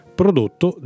prodotto